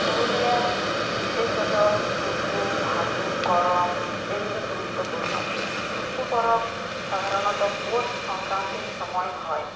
পুরুলিয়ার বিশেষত টুসু ভাদু করম এগুলি গুরুত্বপূর্ণ টুসু পরব সাধারণত পৌষ সংক্রান্তির সময় হয়